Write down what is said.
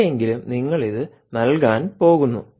എവിടെയെങ്കിലും നിങ്ങൾ ഇത് നൽകാൻ പോകുന്നു